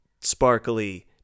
sparkly